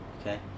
okay